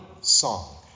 song